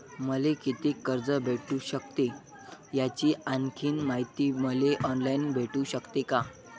मले कितीक कर्ज भेटू सकते, याची आणखीन मायती मले ऑनलाईन भेटू सकते का?